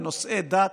לנושאי דת,